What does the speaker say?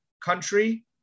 country